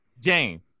Jane